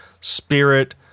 Spirit